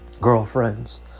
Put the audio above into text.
girlfriends